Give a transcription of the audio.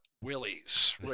willies